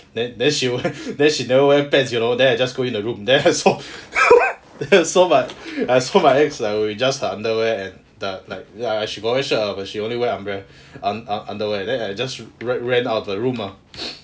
then then she went she never wear pants you know then I just go in the room then I saw I saw I saw my ex like with just her underwear and like like she got wear shirt lah but she only wear under~ underwear then I just went out of the room lah